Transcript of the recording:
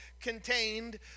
contained